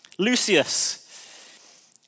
Lucius